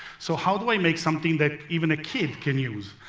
so how do i make something that even a kid can use?